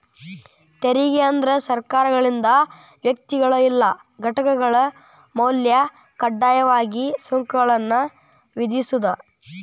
ತೆರಿಗೆ ಅಂದ್ರ ಸರ್ಕಾರಗಳಿಂದ ವ್ಯಕ್ತಿಗಳ ಇಲ್ಲಾ ಘಟಕಗಳ ಮ್ಯಾಲೆ ಕಡ್ಡಾಯವಾಗಿ ಸುಂಕಗಳನ್ನ ವಿಧಿಸೋದ್